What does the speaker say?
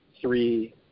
three